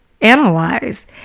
analyze